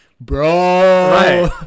bro